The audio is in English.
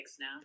now